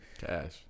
Cash